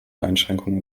einschränkung